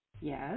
Yes